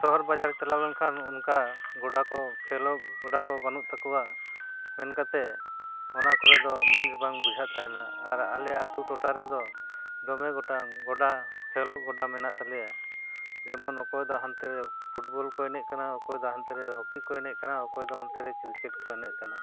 ᱥᱚᱦᱚᱨ ᱵᱟᱡᱟᱨ ᱪᱟᱞᱟᱣ ᱞᱮᱱᱠᱷᱟᱱ ᱚᱱᱠᱟ ᱜᱚᱰᱟ ᱠᱚ ᱠᱷᱮᱞᱳᱜ ᱜᱚᱰᱟ ᱠᱚ ᱵᱟᱹᱱᱩᱜ ᱛᱟᱠᱚᱣᱟ ᱢᱮᱱ ᱠᱟᱛᱮ ᱚᱱᱟ ᱠᱚᱨᱮ ᱫᱚ ᱢᱚᱡᱽ ᱵᱟᱝ ᱵᱩᱡᱷᱟᱹᱜ ᱛᱟᱦᱮᱱᱟ ᱟᱨ ᱟᱞᱮ ᱟᱛᱳ ᱴᱚᱴᱷᱟ ᱨᱮᱫᱚ ᱫᱚᱢᱮ ᱜᱚᱴᱟᱝ ᱜᱚᱰᱟ ᱠᱷᱮᱞᱫᱜ ᱜᱚᱰᱟ ᱢᱮᱱᱟᱜ ᱛᱟᱞᱮᱭᱟ ᱡᱮᱢᱚᱱ ᱚᱠᱚᱭ ᱫᱚ ᱦᱟᱱᱛᱮ ᱨᱮ ᱯᱷᱩᱴᱵᱚᱞ ᱠᱚ ᱮᱱᱮᱡ ᱠᱟᱱᱟ ᱚᱠᱚᱭ ᱫᱚ ᱦᱟᱱᱛᱮ ᱨᱮ ᱦᱚᱠᱤ ᱠᱚ ᱮᱱᱮᱡ ᱠᱟᱱᱟ ᱚᱠᱚᱭ ᱫᱚ ᱚᱱᱛᱮ ᱨᱮ ᱠᱨᱤᱠᱮᱴ ᱠᱚ ᱮᱱᱮᱡ ᱠᱟᱱᱟ